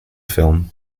film